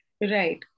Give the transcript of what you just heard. Right